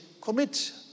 commit